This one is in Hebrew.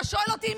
אתה שואל אותי?